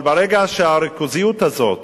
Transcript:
אבל ברגע שהריכוזיות הזאת